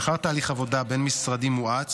לאחר תהליך עבודה בין-משרדי מואץ